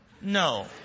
No